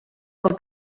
del